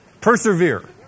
Persevere